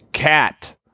Cat